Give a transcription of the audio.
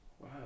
Wow